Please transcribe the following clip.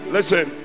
Listen